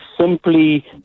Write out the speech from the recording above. simply